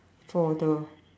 for the